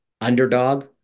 underdog